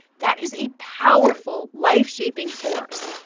that is a powerful, life-shaping force.